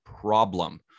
problem